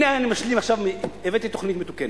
אוקיי, הנה אני משלים עכשיו, הבאתי תוכנית מתוקנת.